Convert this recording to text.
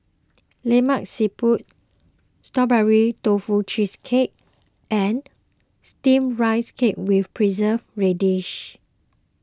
Lemak Siput Strawberry Tofu Cheesecake and Steamed Rice Cake with Preserved Radish